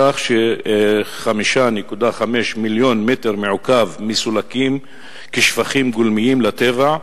כך ש-5.5 מיליון מטרים מעוקבים מסולקים כשפכים גולמיים לטבע,